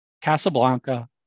Casablanca